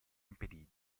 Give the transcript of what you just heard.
impedì